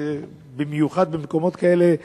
במיוחד במקומות כאלה מתוקשרים,